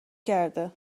کرده